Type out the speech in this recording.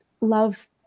love